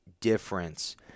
difference